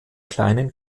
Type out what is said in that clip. kleinen